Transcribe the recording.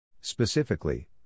Specifically